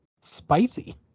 Spicy